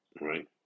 Right